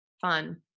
fun